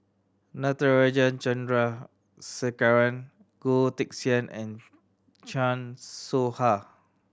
Natarajan Chandrasekaran Goh Teck Sian and Chan Soh Ha